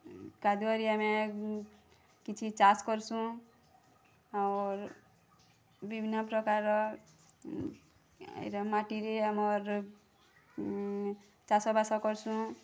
କାଦୁଅରେ ଆମେ କିଛି ଚାଷ୍ କରୁସୁଁ ଅର୍ ବିଭିନ୍ନ ପ୍ରକାରର ଏଇଟା ମାଟିରେ ଆମର୍ ଚାଷବାସ କରୁସୁଁ